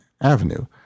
Avenue